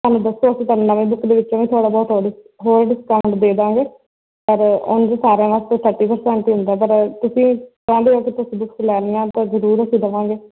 ਸਾਨੂੰ ਦੱਸੋ ਅਸੀਂ ਤੁਹਾਨੂੰ ਨਵੀਂ ਬੁੱਕ ਦੇ ਵਿੱਚੋਂ ਵੀ ਥੋੜ੍ਹਾ ਬਹੁਤ ਹੋਰ ਡਿ ਹੋਰ ਡਿਸਕਾਊਂਟ ਦੇ ਦੇਵਾਂਗੇ ਪਰ ਉਂਝ ਸਾਰਿਆਂ ਵਾਸਤੇ ਥਰਟੀ ਪਰਸੈਂਟ ਹੁੰਦਾ ਪਰ ਤੁਸੀਂ ਚਾਹੁੰਦੇ ਹੋ ਕਿ ਕੁਛ ਬੁਕਸ ਲੈਣੀਆਂ ਤਾਂ ਜ਼ਰੂਰ ਅਸੀਂ ਦੇਵਾਂਗੇ